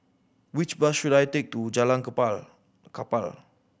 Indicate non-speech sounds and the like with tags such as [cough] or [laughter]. which bus should I take to Jalan [unintelligible] Kapal